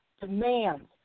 demands